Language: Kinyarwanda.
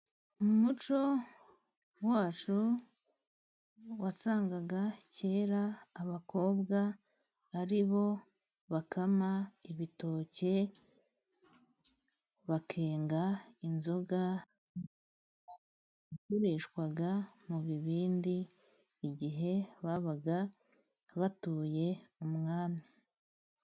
Mu muco wacu wasangaga kera abakobwa ari bo bakama ibitoki, bakenga inzoga yakoreshwaga mu bibindi, igihe babaga batuye umwami.